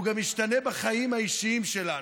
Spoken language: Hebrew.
והוא גם משתנה בחיים האישיים שלנו.